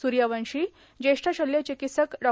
स्रर्यवंशी ज्येष्ठ शल्य चिकित्सक डॉ